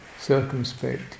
circumspect